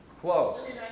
Close